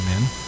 men